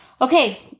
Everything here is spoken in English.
Okay